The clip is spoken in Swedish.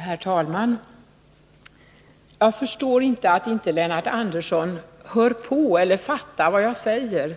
Herr talman! Jag förstår inte att inte Lennart Andersson hör på eller fattar vad jag säger.